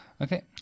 Okay